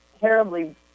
terribly